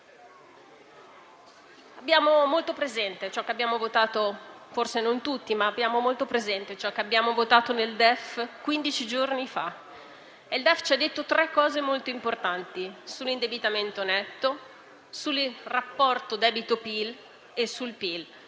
abbiamo molto presente ciò che abbiamo votato nel DEF quindici giorni fa. Il DEF ci ha detto tre cose molto importanti sull'indebitamento netto, sul rapporto debito-PIL e sul PIL.